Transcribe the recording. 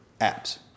apps